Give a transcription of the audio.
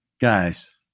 guys